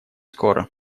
скоро